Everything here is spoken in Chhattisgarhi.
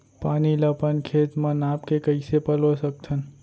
पानी ला अपन खेत म नाप के कइसे पलोय सकथन?